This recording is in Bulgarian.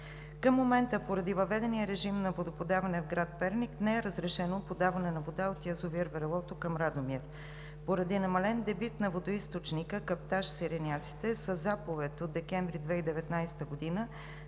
Към момента, поради въведения режим на водоподаване в град Перник, не е разрешено подаване на вода от язовир „Врелото“ към Радомир. Поради намален дебит на водоизточника каптаж „Сиреняците“ със заповед на кмета на община